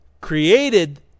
created